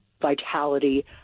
vitality